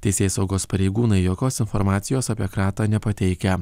teisėsaugos pareigūnai jokios informacijos apie kratą nepateikia